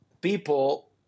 people